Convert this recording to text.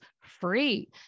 free